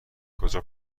کجا